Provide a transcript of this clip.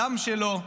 הדם שלו,